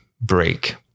break